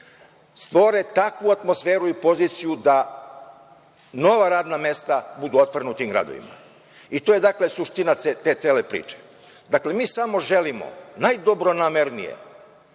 stvore takvu atmosferu i poziciju da nova radna mesta budu otvorena u tim gradovima. To je suština te cele priče. Mi samo želimo najdobronamernije